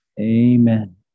amen